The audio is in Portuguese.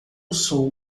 sou